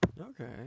Okay